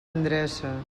endreça